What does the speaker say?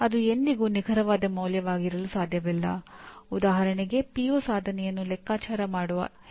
ಗುಣಮಟ್ಟದ ಲೂಪ್ಅನ್ನು ಮುಚ್ಚುವುದರಿಂದ ಹೆಚ್ಚುತ್ತಿರುವ ಸುಧಾರಣೆಗಳಿಗೆ ಕಾರಣವಾಗುತ್ತಿರುವ ಕ್ರಮಗಳ ಮೇಲೆ ಕೇಂದ್ರೀಕರಿಸಲು ಇಲಾಖೆಗಳಿಗೆ ಅನುವು ಮಾಡಿಕೊಡುತ್ತದೆ